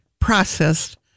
processed